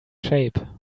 shape